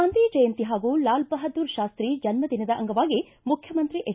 ಗಾಂಧಿ ಜಯಂತಿ ಹಾಗೂ ಲಾಲ ಬಹದ್ದೂರ ಶಾಸ್ತಿ ಜನ್ಮದಿನದ ಅಂಗವಾಗಿ ಮುಖ್ಯಮಂತ್ರಿ ಎಚ್